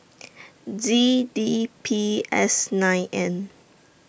Z D P S nine N